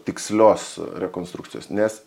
tikslios rekonstrukcijos nes